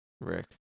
Rick